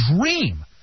dream